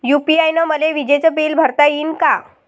UPI न मले विजेचं बिल भरता यीन का?